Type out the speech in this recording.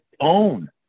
own